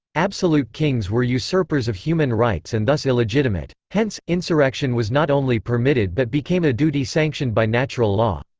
absolute kings were usurpers of human rights and thus illegitimate. hence, insurrection was not only permitted but became a duty sanctioned by natural law.